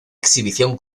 exhibición